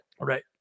Right